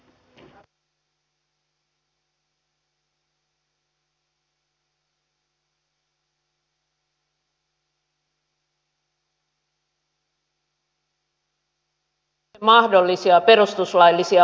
sen verran haluaisin kommentoida tähän edelliseen puheenvuoroon että kyllä hyvään lainsäädäntökulttuuriin kuuluu että lainsäädännöstä vastaavat tahot pyrkivät ennakoimaan mahdollisia perustuslaillisia ongelmia